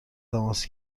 تماس